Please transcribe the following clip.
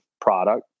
product